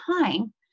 time